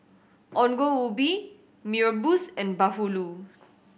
Ongol Ubi Mee Rebus and bahulu